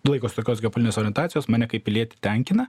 laikosi tokios geopolitinės orientacijos mane kaip pilietį tenkina